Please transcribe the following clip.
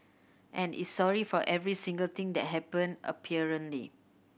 and it's sorry for every single thing that happened apparently